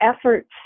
efforts